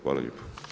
Hvala lijepo.